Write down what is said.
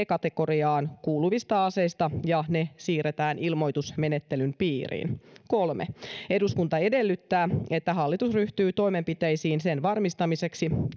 kategoriaan kuuluvista aseista ja ne siirretään ilmoitusmenettelyn piiriin kolme eduskunta edellyttää että hallitus ryhtyy toimenpiteisiin sen varmistamiseksi